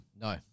No